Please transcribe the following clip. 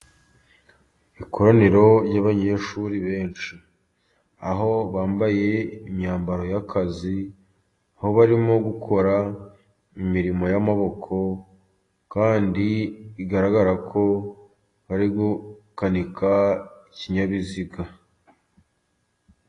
Ikoraniro ry'abanyeshuri benshi aho bambaye imyambaro y'akazi , aho barimo gukora imirimo y'amaboko kandi bigaragarako bari gukanika ikinyabiziga.